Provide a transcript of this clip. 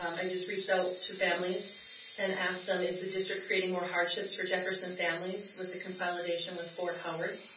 um i just reached out to families and asked them, is the district creating more hardships for jefferson families with the consolidation with fort howard?